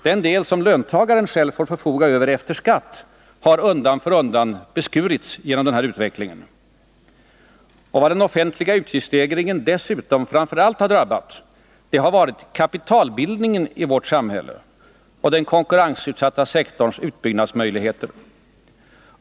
Den del löntagaren själv får förfoga över efter skatt har undan för undan beskurits genom den här utvecklingen. Vad den offentliga utgiftsstegringen dessutom framför allt drabbat i vårt samhälle har varit kapitalbildningen och den konkurrensutsatta sektorns utbyggnadsmöjligheter.